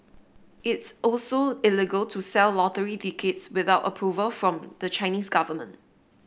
it's also illegal to sell lottery tickets without approval from the Chinese government